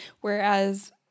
whereas